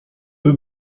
peu